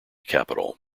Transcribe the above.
capital